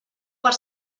per